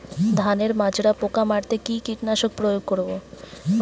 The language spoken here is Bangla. ধানের মাজরা পোকা মারতে কি কীটনাশক প্রয়োগ করব?